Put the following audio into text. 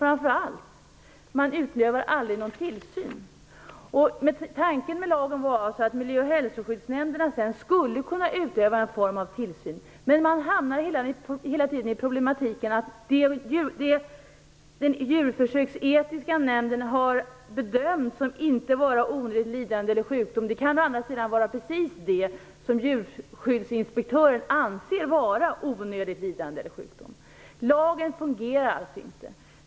Framför allt utövas aldrig någon tillsyn. Tanken med lagen var att miljö och hälsoskyddsnämnderna skulle kunna utöva en form av tillsyn. Men man hamnar hela tiden i problemet att den djurförsöksetiska nämnden har bedömt att det inte är fråga om onödigt lidande eller sjukdom. Det kan å andra sidan vara precis det som djurskyddsinspektören anser vara onödigt lidande eller sjukdom. Lagen fungerar alltså inte.